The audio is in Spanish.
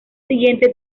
siguiente